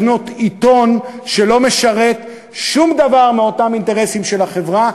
שלא משרת שום דבר מאותם אינטרסים של החברה,